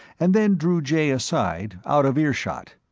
and then drew jay aside, out of earshot.